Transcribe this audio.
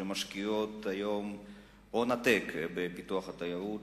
שמשקיעות הון עתק בפיתוח התיירות,